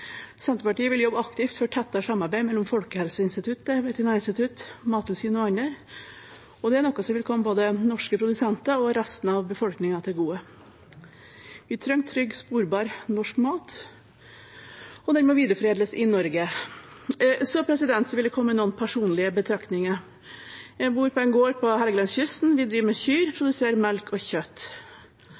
Senterpartiet vil jobbe aktivt for tettere samarbeid mellom Folkehelseinstituttet, Veterinærinstituttet, Mattilsynet og andre, og det er noe som vil komme både norske produsenter og resten av befolkningen til gode. Vi trenger trygg, sporbar norsk mat, og den må videreforedles i Norge. Så vil jeg komme med noen personlige betraktninger. Jeg bor på en gård på Helgelandskysten. Vi driver med kyr og produserer melk og kjøtt.